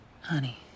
Honey